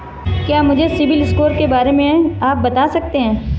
क्या मुझे सिबिल स्कोर के बारे में आप बता सकते हैं?